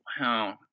wow